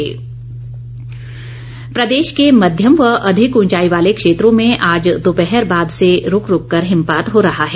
मौसम प्रदेश के मध्यम व अधिक ऊंचाई वाले क्षेत्रों में आज दोपहर बाद से रूक रूक कर हिमपात हो रहा है